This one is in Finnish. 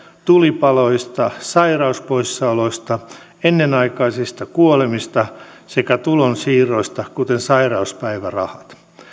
tulipaloista sairauspoissaoloista ennenaikaisista kuolemista sekä tulonsiirroista kuten sairauspäivärahoista